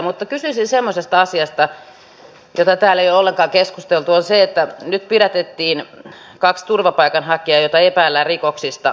mutta kysyisin semmoisesta asiasta josta täällä ei ole ollenkaan keskusteltu eli siitä että nyt pidätettiin kaksi turvapaikanhakijaa joita epäillään rikoksista